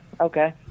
okay